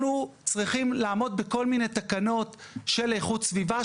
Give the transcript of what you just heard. אנחנו צריכים לעמוד בכל מיני תקנות של איכות הסביבה,